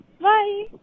bye